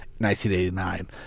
1989